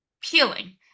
peeling